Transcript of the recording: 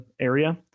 area